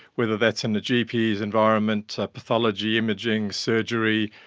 whether that's in the gp environment, pathology, imaging, surgery,